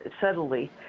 subtly